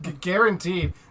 guaranteed